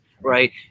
right